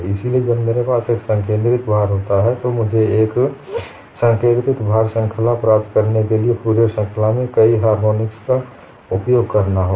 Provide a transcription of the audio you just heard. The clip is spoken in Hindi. इसलिए जब मेरे पास एक संकेन्द्रित भार होता है तो मुझे एक संकेन्द्रित भार प्राप्त करने के लिए फूरियर श्रृंखला और कई हार्मोनिक्स का उपयोग करना होगा